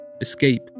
Escape